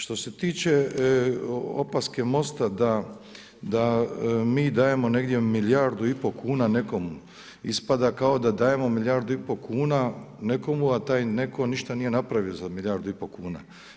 Što se tiče opaske Mosta da mi dajemo negdje milijardu i pol kuna, nekom, ispada kao da dajemo milijardu i pol kuna nekomu, a taj netko ništa nije napravio za milijardu i pol kuna.